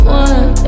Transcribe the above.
one